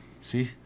See